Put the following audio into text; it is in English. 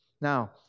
Now